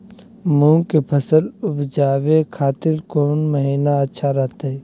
मूंग के फसल उवजावे खातिर कौन महीना अच्छा रहतय?